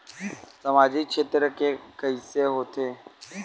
सामजिक क्षेत्र के कइसे होथे?